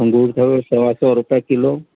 अंगूर अथव सवा सौ रुपए किलो